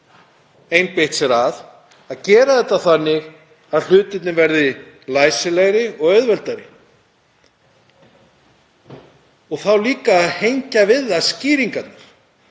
einbeitt sér að, að gera þetta þannig að hlutirnir verði læsilegri og auðveldari og hengja þá líka við það skýringarnar.